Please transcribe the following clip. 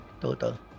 total